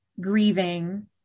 grieving